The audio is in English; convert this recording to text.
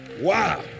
Wow